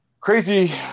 crazy